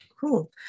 Cool